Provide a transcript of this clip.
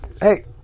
Hey